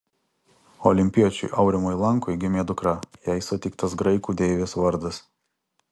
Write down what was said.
olimpiečiui aurimui lankui gimė dukra jai suteiktas graikų deivės vardas